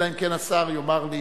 אלא אם כן השר יאמר לי